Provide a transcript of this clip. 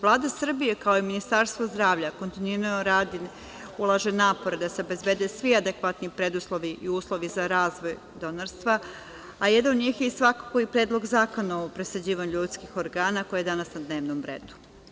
Vlada Srbije kao i Ministarstvo zdravlja kontinuirano radi, ulaže napor da se obezbede svi adekvatni preduslovi i uslovi za razvoj donorstva, a jedan od njih je svakako i Predlog zakona o presađivanju ljudskih organa koji je danas na dnevnom redu.